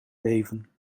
leven